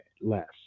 less